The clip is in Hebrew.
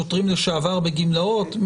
שוטרים לשעבר בגמלאות?